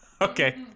Okay